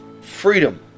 Freedom